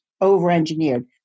over-engineered